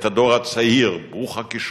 את הדור הצעיר, ברוך הכשרונות,